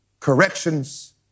corrections